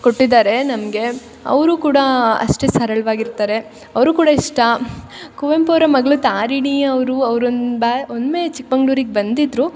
ಕೊಟ್ಟಿದ್ದಾರೆ ನಮಗೆ ಅವರು ಕೂಡ ಅಷ್ಟೇ ಸರಳ್ವಾಗಿ ಇರ್ತಾರೆ ಅವರು ಕೂಡ ಇಷ್ಟ ಕುವೆಂಪು ಅವ್ರ ಮಗಳು ತಾರಿಣಿ ಅವರು ಅವ್ರು ಒಂದು ಬಾರಿ ಒಮ್ಮೆ ಚಿಕ್ಕಮಗ್ಳೂರಿಗ್ ಬಂದಿದ್ರು